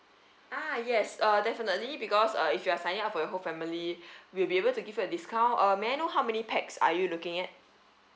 ah yes uh definitely because uh if you're signing up for your whole family we'll be able to give a discount uh may I know how many pax are you looking at